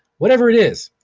whatever it is.